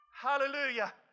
Hallelujah